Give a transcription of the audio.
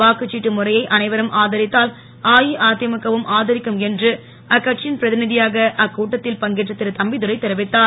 வாக்குச்சிட்டு முறையை அனைவரும் ஆதரித்தால் அஇஅதிமுக வும் ஆதரிக்கும் என்று அக்கட்சியின் பிரதிநிதயாக அக்கூட்டத்தில் பங்கேற்ற திரு தம்பிதுரை தெரிவித்தார்